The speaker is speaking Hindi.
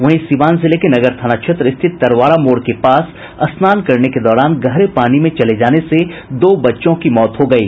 वहीं सीवान जिले के नगर थाना क्षेत्र स्थित तरवाड़ा मोड़ के पास स्नान करने के दौरान गहरे पानी में चले जाने से दो बच्चों की मौत हो गयी